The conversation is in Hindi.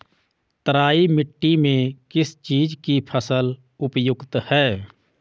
तराई मिट्टी में किस चीज़ की फसल उपयुक्त है?